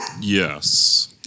Yes